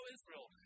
Israel